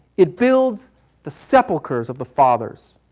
it builds the cepelcurves of the fathers.